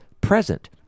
present